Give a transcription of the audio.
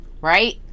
right